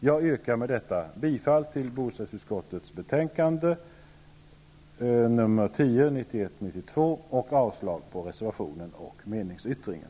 Jag yrkar bifall till hemställan i bostadsutskottets betänkande 1991/92:10 och avslag på reservationen och meningsyttringen.